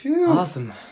Awesome